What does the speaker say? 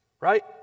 Right